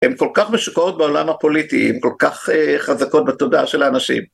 הן כל כך משוקעות בעולם הפוליטי, הן כל כך אה... חזקות בתודעה של האנשים.